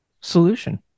solution